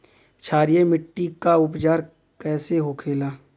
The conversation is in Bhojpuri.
क्षारीय मिट्टी का उपचार कैसे होखे ला?